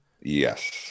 Yes